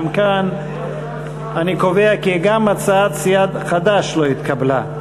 גם כאן אני קובע כי הצעת סיעת חד"ש לא התקבלה.